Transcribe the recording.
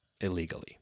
illegally